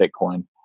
Bitcoin